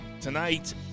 tonight